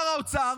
שר האוצר,